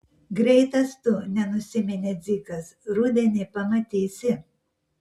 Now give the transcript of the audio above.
greitas tu nenusiminė dzikas rudenį pamatysi